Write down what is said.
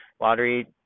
lottery